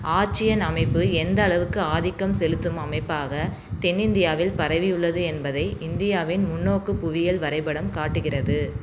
Archean அமைப்பு எந்த அளவுக்கு ஆதிக்கம் செலுத்தும் அமைப்பாகத் தென்னிந்தியாவில் பரவியுள்ளது என்பதை இந்தியாவின் முன்னோக்கு புவியியல் வரைபடம் காட்டுகிறது